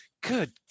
Good